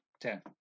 Ten